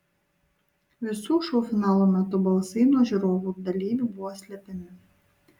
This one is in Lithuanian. visų šou finalų metu balsai nuo žiūrovų ir dalyvių buvo slepiami